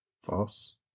False